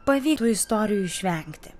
pavy tų istorijų išvengti